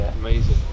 amazing